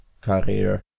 career